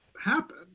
happen